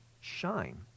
shine